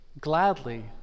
gladly